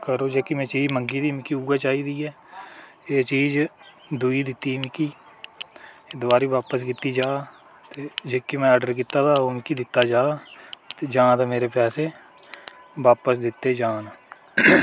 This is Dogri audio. करो जेह्की में चीज़ मंगी दी ओह् मिगी उ'ऐ चाहिदी ऐ एह् चीज़ दूई दित्ती दी मिगी एह् दबारा बापस कीती जा ते जेह्की में ऑर्डर कीते दा ते ओह् मिगी दित्ता जा ते जां ते मेरे पैसे बापस दित्ते जाह्न